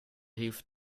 hilf